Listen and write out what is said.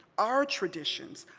our traditions,